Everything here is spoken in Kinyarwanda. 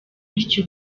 bityo